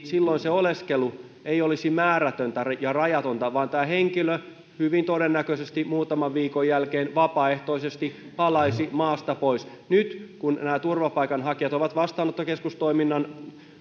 silloin se oleskelu ei olisi määrätöntä ja rajatonta vaan tämä henkilö hyvin todennäköisesti muutaman viikon jälkeen vapaaehtoisesti palaisi maasta pois nyt kun nämä turvapaikanhakijat ovat vastaanottokeskustoiminnan